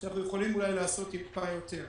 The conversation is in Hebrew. אנחנו יכולים אולי לעשות טיפה יותר.